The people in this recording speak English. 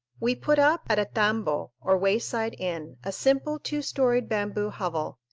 we put up at a tambo, or wayside inn, a simple two-storied bamboo hovel,